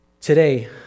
today